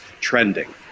trending